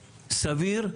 סביר,